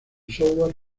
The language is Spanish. software